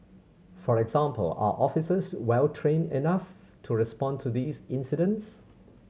for example are officers well trained enough to respond to these incidents